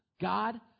God